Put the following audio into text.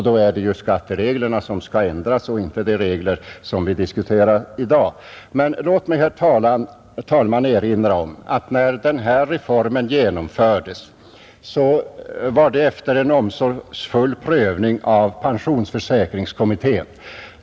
Då är det väl skattereglerna som skall ändras och inte de regler som vi i dag diskuterar! Låt mig, herr talman, erinra om att den här reformen har genomförts efter omsorgsfull prövning av pensionsförsäkringskommittén.